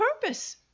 purpose